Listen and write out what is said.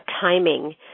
timing